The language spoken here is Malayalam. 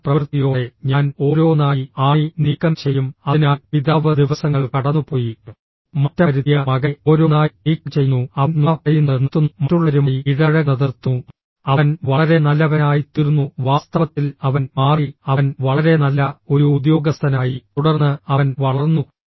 നല്ല പ്രവൃത്തിയോടെ ഞാൻ ഓരോന്നായി ആണി നീക്കം ചെയ്യും അതിനാൽ പിതാവ് ദിവസങ്ങൾ കടന്നുപോയി മാറ്റം വരുത്തിയ മകനെ ഓരോന്നായി നീക്കംചെയ്യുന്നു അവൻ നുണ പറയുന്നത് നിർത്തുന്നു മറ്റുള്ളവരുമായി ഇടപഴകുന്നത് നിർത്തുന്നു അവൻ വളരെ നല്ലവനായിത്തീർന്നു വാസ്തവത്തിൽ അവൻ മാറി അവൻ വളരെ നല്ല ഒരു ഉദ്യോഗസ്ഥനായി തുടർന്ന് അവൻ വളർന്നു